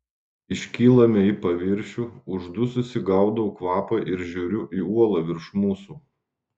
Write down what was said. iškylame į paviršių uždususi gaudau kvapą ir žiūriu į uolą virš mūsų